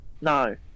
no